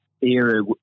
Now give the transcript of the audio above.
era